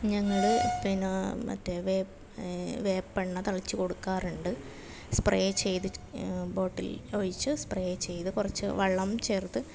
ഞങ്ങൾ പിന്നെ മറ്റേ വേപ്പ് വേപ്പെണ്ണ തളിച്ചു കൊടുക്കാറുണ്ട് സ്പ്രേ ചെയ്ത് ബോട്ടിൽ ഒഴിച്ച് സ്പ്രേ ചെയ്ത് കുറച്ച് വെള്ളം ചേർത്ത്